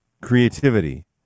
creativity